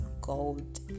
gold